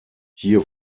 hier